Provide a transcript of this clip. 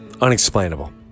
unexplainable